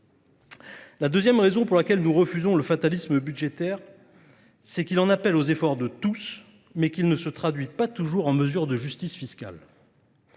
La deuxième raison pour laquelle nous refusons le fatalisme budgétaire, c'est qu'il en appelle aux efforts de tous, mais qu'il ne se traduit pas toujours en mesure de justice fiscale.